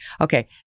Okay